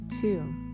Two